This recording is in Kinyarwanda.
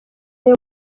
nayo